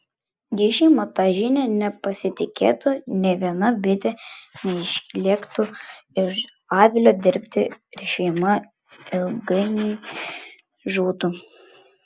jei šeima ta žinia nepasitikėtų nė viena bitė neišlėktų iš avilio dirbti ir šeima ilgainiui žūtų